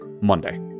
Monday